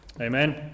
Amen